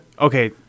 Okay